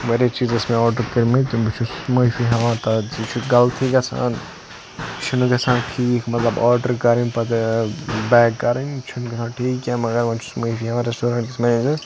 واریاہ چیٖز ٲسۍ مےٚ آرڈر کٔرمٕتۍ چھُس معافی ہیٚوان تَتھ یہِ چھُ غَلطی گَژھان چھُ نہٕ گَژھان ٹھیٖک مَطلَب آرڈر کَرِنۍ پَتہٕ بیک کَرٕنۍ چھُنہٕ گژھان ٹھیٖک کینٛہہ مَگر وۄنۍ چھُس معافی ہیٚوان ریسٹورنٹ کِس مینیجرس